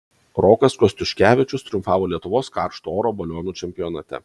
rokas kostiuškevičius triumfavo lietuvos karšto oro balionų čempionate